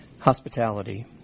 Hospitality